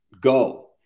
Go